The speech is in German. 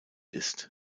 ist